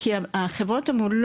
כי החברות אמרו,